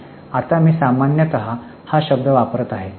आता मी सामान्यत हा शब्द वापरत आहे